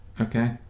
okay